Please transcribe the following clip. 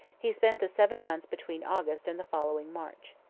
he spent the seven months between august and the following march.